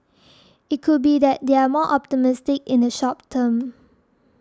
it could be that they're more optimistic in the short term